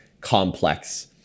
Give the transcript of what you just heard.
complex